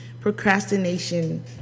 procrastination